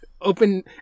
open